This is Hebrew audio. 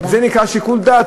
זה נקרא שיקול דעת?